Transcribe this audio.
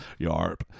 Yarp